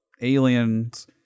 aliens